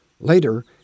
Later